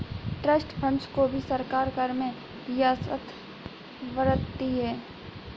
trust funds को भी सरकार कर में रियायत बरतती है